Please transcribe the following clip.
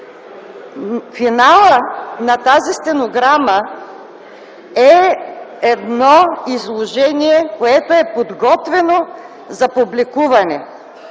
Финалът на тази стенограма е едно изложение, което е подготвено за публикуване.